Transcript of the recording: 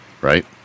right